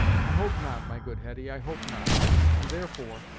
i hope not, my good hetty, i hope not and, therefore,